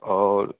और